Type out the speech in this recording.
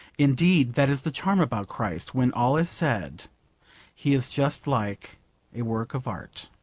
indeed, that is the charm about christ, when all is said he is just like a work of art.